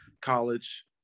college